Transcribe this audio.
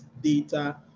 data